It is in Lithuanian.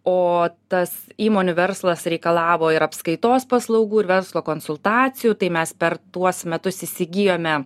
o tas įmonių verslas reikalavo ir apskaitos paslaugų ir verslo konsultacijų tai mes per tuos metus įsigijome